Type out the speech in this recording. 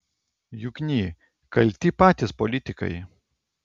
jukny kalti patys politikai